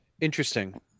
Interesting